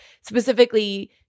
specifically